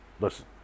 listen